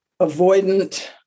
avoidant